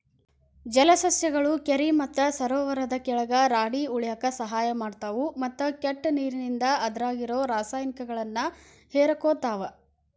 ಜಲಸಸ್ಯಗಳು ಕೆರಿ ಮತ್ತ ಸರೋವರದ ಕೆಳಗ ರಾಡಿ ಉಳ್ಯಾಕ ಸಹಾಯ ಮಾಡ್ತಾವು, ಮತ್ತ ಕೆಟ್ಟ ನೇರಿಂದ ಅದ್ರಾಗಿರೋ ರಾಸಾಯನಿಕಗಳನ್ನ ಹೇರಕೋತಾವ